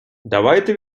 давайте